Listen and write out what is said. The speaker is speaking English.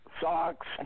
socks